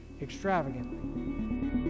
extravagantly